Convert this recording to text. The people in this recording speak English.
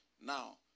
Now